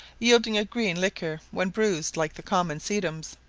yielding a green liquor when bruised like the common sedums.